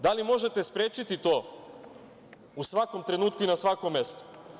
Da li možete sprečiti to u svakom trenutku i na svakom mestu?